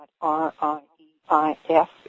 R-I-E-I-F